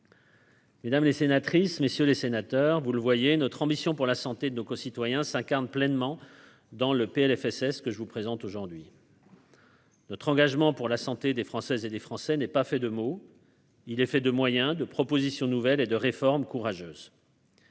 Mesdames les sénatrices, messieurs les sénateurs, vous le voyez, notre ambition pour la santé de nos concitoyens 50 pleinement dans le PLFSS que je vous présente aujourd'hui. Notre engagement pour la santé des Françaises et des Français n'est pas fait de mot, il est fait de moyens de propositions nouvelles et de réformes courageuses.